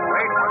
Wait